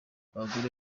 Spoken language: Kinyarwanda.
abagore